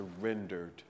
surrendered